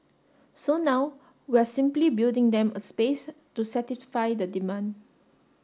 so now we're simply building them a space to satisfy the demand